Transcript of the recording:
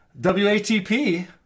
WATP